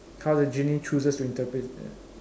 how the genie chooses to interpret